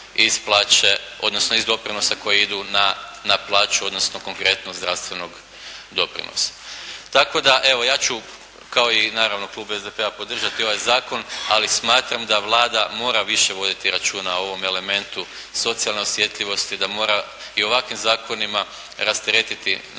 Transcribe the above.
iz doprinosa koji idu na plaću odnosno konkretno zdravstvenog doprinosa. Tako da evo ja ću, kao i naravno klub SDP-a podržati ovaj zakon, ali smatram da Vlada mora više voditi računa o ovom elementu socijalne osjetljivosti, da mora i ovakvim zakonima rasteretiti na neki